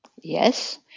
Yes